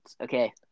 Okay